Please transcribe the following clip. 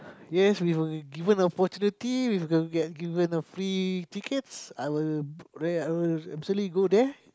yes we were given opportunity we got get given a free tickets I will rare I will absolutely go there